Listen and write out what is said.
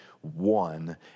one